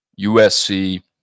USC